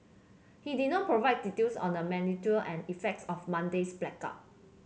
he did not provide details on the magnitude and effects of Monday's blackout